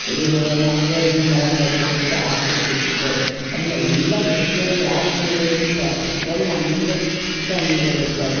ಇದೂ ನಮ್ಗ ಜೀವ ಮರ ಮರತಿತ್ತು ಊಟ ಹಾಕದ ಬಿಟ್ಟು ಬಿಟ್ಟೆವೆ ಅದುನ್ನ ಎಲ್ಲಾ ರಸ್ತೆದಲ್ಲಿ ಯಾರ ತಿಂದು ಉಗಿದಿಟ್ಟ ಪ್ಲಾಸ್ಟಿಕ್ ತಂದು ನಮ್ನಿಗೆ ತಂದು ಇಡಬೇಕಾಗಿತ್ತು